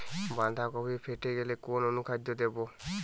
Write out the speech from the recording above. বাঁধাকপি ফেটে গেলে কোন অনুখাদ্য দেবো?